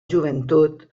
joventut